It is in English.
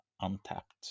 Untapped